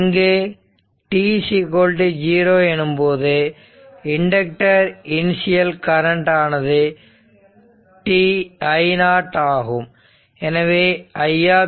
இங்கு t 0 எனும்போது inductor initial current ஆனது I0 ஆகும்